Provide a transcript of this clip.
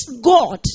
God